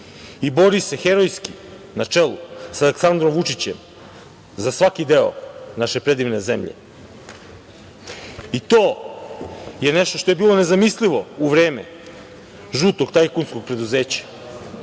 i bori se herojski na čelu sa Aleksandrom Vučićem za svaki deo naše predivne zemlje i to je nešto što je bilo nezamislivo u vreme žutog tajkunskog preduzeća.